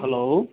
hello